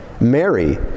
Mary